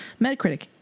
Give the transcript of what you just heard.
Metacritic